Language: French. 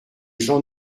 jean